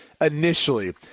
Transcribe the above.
initially